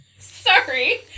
sorry